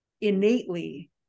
innately